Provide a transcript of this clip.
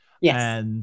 yes